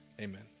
amen